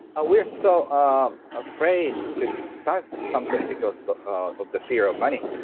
we are so ah um afraid to start something because so ah of the fear of money.